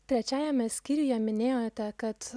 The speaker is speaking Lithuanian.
trečiajame skyriuje minėjote kad